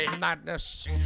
madness